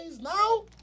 now